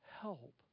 help